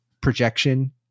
projection